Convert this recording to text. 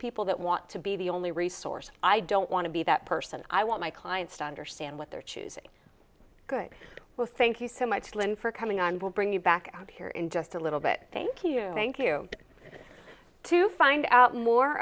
people that want to be the only resource i don't want to be that person i want my clients to understand what they're choosing good well thank you so much lynn for coming on we'll bring you back out here in just a little bit thank you thank you to find out more